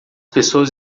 pessoas